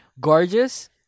Gorgeous